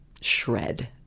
shred